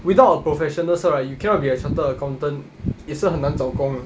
without a professional cert right you cannot be a chartered accountant 也是很难找工的